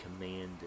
commanded